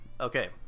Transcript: Okay